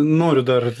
noriu dar